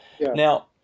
Now